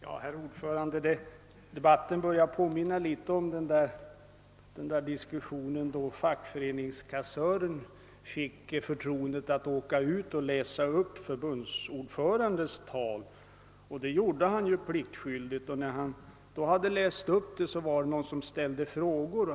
Herr talman! Debatten börjar påminna litet om den där diskussionen då fackföreningskassören hade fått förtroendet att åka ut och läsa upp förbundsordförandens tal. Det gjorde han pliktskyldigast och när han hade läst upp det var det någon som ställde frågor.